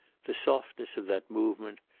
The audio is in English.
the softness of that moment,